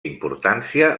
importància